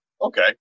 okay